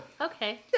Okay